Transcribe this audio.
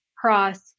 cross